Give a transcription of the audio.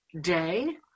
day